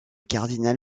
cardinal